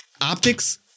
Optics